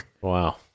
Wow